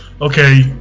Okay